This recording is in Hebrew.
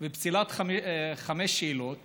ופסילת חמש שאלות